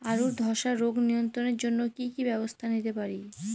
আলুর ধ্বসা রোগ নিয়ন্ত্রণের জন্য কি কি ব্যবস্থা নিতে পারি?